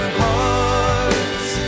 hearts